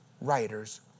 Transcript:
writers